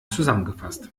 zusammengefasst